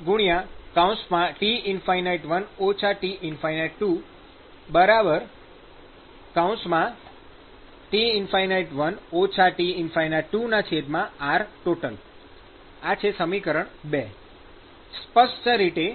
qUAT∞1 -T∞2T∞1 -T∞2Rtot ૨ સ્પષ્ટ રીતે